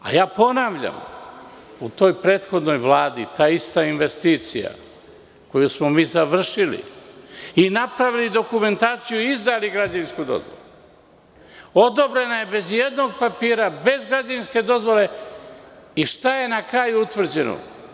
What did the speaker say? Ponavljam, u toj prethodnoj Vladi, ta ista investicija koju smo završili i napravili dokumentaciju i izdali građevinsku dozvolu, odobrena je bez ijednog papira, bez građevinske dozvole i šta je na kraju utvrđeno?